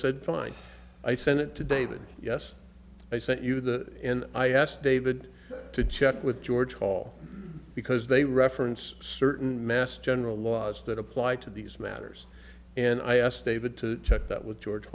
said fine i sent it to david yes i sent you the in i asked david to check with george hall because they reference certain mass general laws that apply to these matters and i asked david to check that with george